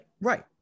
right